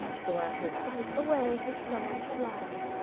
so at his sight away his fellows fly